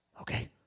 Okay